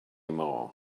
more